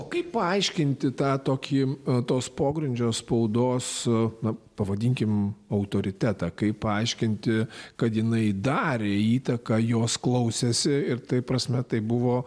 o kaip paaiškinti tą tokį tos pogrindžio spaudos na pavadinkim autoritetą kaip paaiškinti kad jinai darė įtaką jos klausėsi ir tai prasme tai buvo